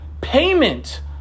payment